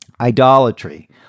Idolatry